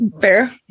fair